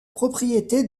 propriété